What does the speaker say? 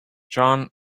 john